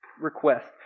Request